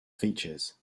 features